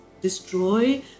destroy